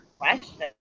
question